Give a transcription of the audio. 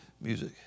music